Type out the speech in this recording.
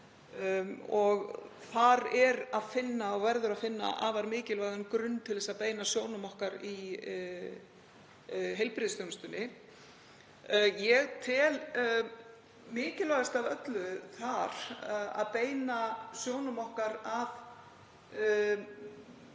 Covid-19. Þar verður að finna afar mikilvægan grunn til að beina sjónum okkar að í heilbrigðisþjónustunni. Ég tel mikilvægast af öllu þar að beina sjónum okkar að